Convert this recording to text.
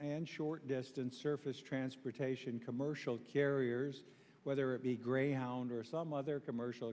and short distance surface transportation commercial carriers whether it be great hound or some other commercial